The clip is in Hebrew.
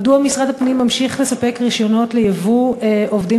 1. מדוע משרד הפנים ממשיך לספק רישיונות לייבוא עובדים